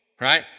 right